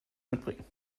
mitbringen